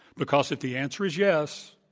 because if the answer is yes,